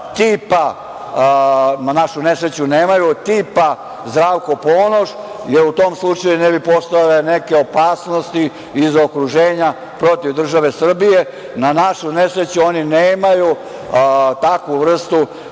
tipa na našu nesreću nemaju, tipa, Zdravko Ponoš jer u tom slučaju ne bi postojala neke opasnosti iz okruženja protiv države Srbije. Na našu nesreću oni nemaju takvu vrstu